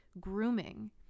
grooming